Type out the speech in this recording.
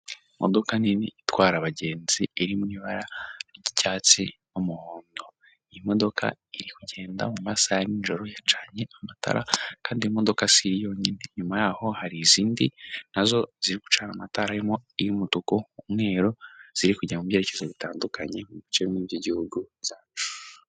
Imodoka nini itwara abagenzi iri mu ibara ry'icyatsi n'umuhondo. Iyi modoka iri kugenda mu masaha ya n'ijoro yacanye amatara kandi iyi modoka si yo yonyine inyuma yaho hari izindi nazo ziri gucana amatara arimo iy'umutuku, umweru ziri kujya mu byerekezo bitandukanye mu bice by'igihugu cyacu.